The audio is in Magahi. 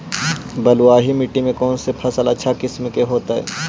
बलुआही मिट्टी में कौन से फसल अच्छा किस्म के होतै?